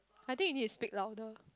I think you need to speak louder